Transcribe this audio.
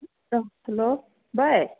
ah hello by